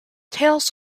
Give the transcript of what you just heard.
tails